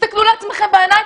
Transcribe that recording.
תסתכלו לעצמכם בעיניים,